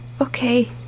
Okay